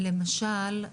למשל,